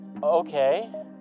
Okay